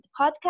podcast